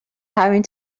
having